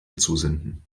zusenden